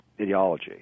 ideology